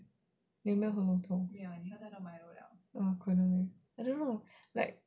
你有没有喉咙痛